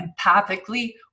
empathically